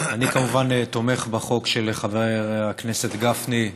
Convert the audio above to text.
אני כמובן תומך בחוק של חבר הכנסת גפני,